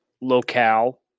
locale